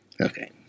Okay